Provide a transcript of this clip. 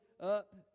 up